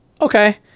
Okay